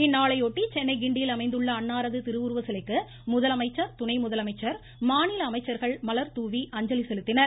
இந்நாளையொட்டி சென்னை கிண்டியில் அமைந்துள்ள அன்னாரது திருவுருவ சிலைக்கு முதலமைச்சர் துணை முதலமைச்சர் மாநில அமைச்சர்கள் மலர்தூவி அஞ்சலி செலுத்தினர்